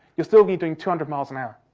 you'll still be doing two hundred miles an hour.